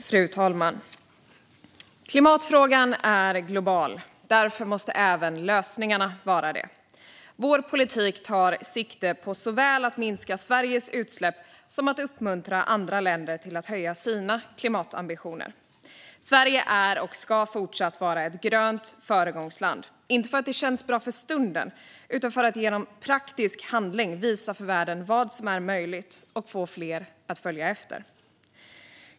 Fru talman! Klimatfrågan är global, och därför måste även lösningarna vara det. Vår politik tar sikte såväl på att minska Sveriges utsläpp som på att uppmuntra andra länder att höja sina klimatambitioner. Sverige är och ska fortsatt vara ett grönt föregångsland, inte för att det känns bra för stunden utan för att genom praktisk handling visa för världen vad som är möjligt och få fler att följa efter.